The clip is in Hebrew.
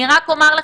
אני רק אומר לך,